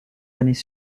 années